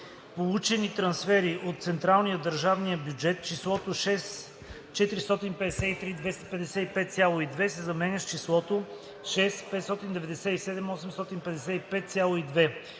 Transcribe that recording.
Получени трансфери от централния/държавния бюджет” числото „6 453 255,2” се заменя с числото „6 597 855,2”.